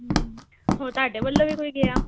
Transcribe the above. ਹੋਰ ਤੁਹਾਡੇ ਵੱਲੋਂ ਵੀ ਕੋਈ ਗਿਆ